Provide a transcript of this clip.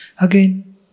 again